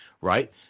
right